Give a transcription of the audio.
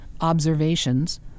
observations